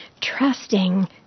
Trusting